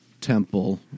temple